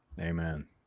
amen